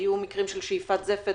היו מקרים של שאיפת זפת